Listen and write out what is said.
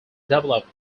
developed